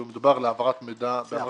שמדובר על העברת מידע -- בסדר,